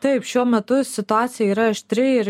taip šiuo metu situacija yra aštri ir